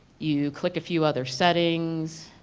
you click a few other settings,